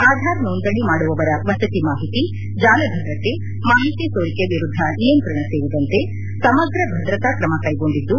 ಆಧಾರ್ ನೋಂದಣೆ ಮಾಡುವವರ ವಸತಿ ಮಾಹಿತಿ ಜಾಲಭದ್ರತೆ ಮಾಹಿತಿ ಸೋರಿಕೆ ವಿರುದ್ದ ನಿಯಂತ್ರಣ ಸೇರಿದಂತೆ ಸಮಗ್ರ ಭದ್ರತಾ ಕ್ರಮ ಕೈಗೊಂಡಿದ್ದು